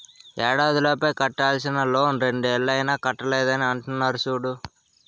ఏడాదిలోపు కట్టేయాల్సిన లోన్ రెండేళ్ళు అయినా కట్టలేదని అంటున్నారు చూడు